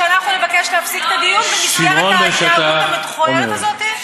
בשביל שאנחנו נבקש להפסיק את הדיון במסגרת ההתנהגות המכוערת הזאת?